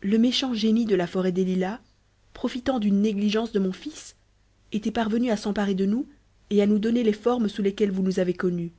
le méchant génie de la forêt des lilas profitant d'une négligence de mon fils était parvenu à s'emparer de nous et à nous donner les formes sous lesquelles vous nous avez connus